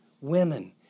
women